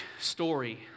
story